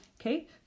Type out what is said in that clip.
Okay